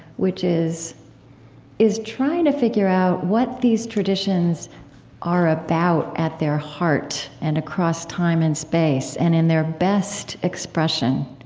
which is is trying to figure out what these traditions are about at their heart, and across time and space, and in their best expression.